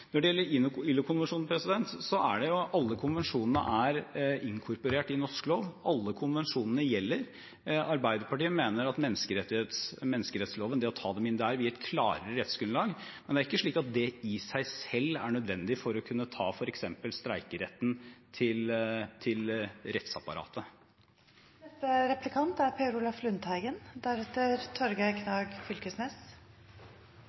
det gjelder ILO-konvensjonen: Alle konvensjonene er inkorporert i norsk lov. Alle konvensjonene gjelder. Arbeiderpartiet mener at det å ta dem inn i menneskerettsloven vil gi et klarere rettsgrunnlag, men det er ikke slik at det i seg selv er nødvendig for å kunne ta f.eks. streikeretten til